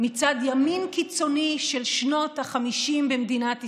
מצד ימין קיצוני של שנות החמישים במדינת ישראל,